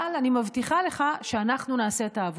אבל אני מבטיחה לך שאנחנו נעשה את העבודה.